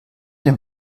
den